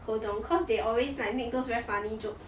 ho dong cause they always like make those very funny jokes